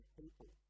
people